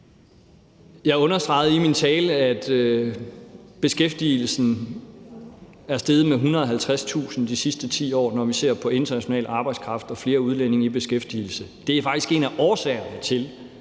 Jeg understregede i min tale, at beskæftigelsen er steget med 150.000 de sidste 10 år, når vi ser på international arbejdskraft og flere udlændinge i beskæftigelse. Det er faktisk en af årsagerne til,